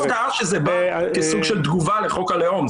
הפתעה שזה בא כסוג של תגובה לחוק הלאום.